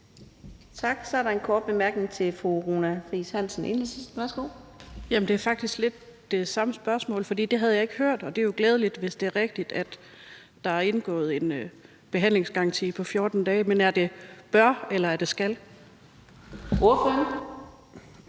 Tak. Så er der en kort bemærkning til fru Runa Friis Hansen, Enhedslisten. Værsgo. Kl. 17:43 Runa Friis Hansen (EL): Det er faktisk lidt det samme spørgsmål, for jeg havde ikke hørt – og det er jo glædeligt, hvis det er rigtigt – at der er indgået en behandlingsgaranti på 14 dage. Men er det »bør«, eller er det »skal«? Kl.